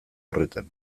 horretan